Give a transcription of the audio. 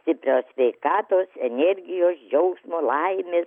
stiprios sveikatos energijos džiaugsmo laimės